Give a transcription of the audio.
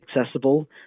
accessible